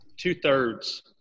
two-thirds